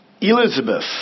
Elizabeth